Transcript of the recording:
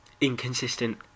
inconsistent